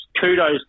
kudos